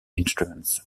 instruments